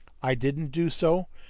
i didn't do so,